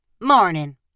Morning